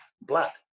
black